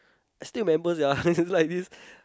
I still remember sia it's like this